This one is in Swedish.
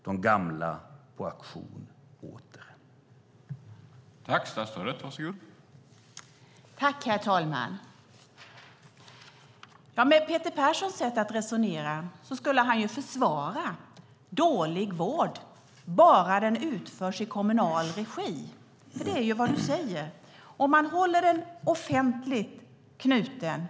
De gamla på auktion åter!